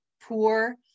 poor